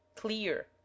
clear